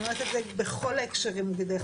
אני אומרת את זה בכל ההקשרים של הוועדה